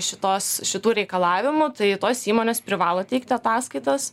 šitos šitų reikalavimų tai tos įmonės privalo teikti ataskaitas